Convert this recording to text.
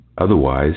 Otherwise